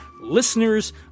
listeners